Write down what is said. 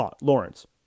Lawrence